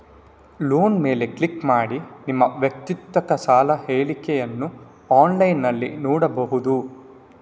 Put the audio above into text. loan ಮೇಲೆ click ಮಾಡಿ ನಿಮ್ಮ ವೈಯಕ್ತಿಕ ಸಾಲದ ಹೇಳಿಕೆಯನ್ನ ಆನ್ಲೈನಿನಲ್ಲಿ ನೋಡ್ಬಹುದು